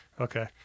okay